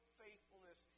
faithfulness